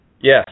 Yes